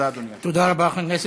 תודה, אדוני היושב-ראש.